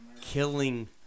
killing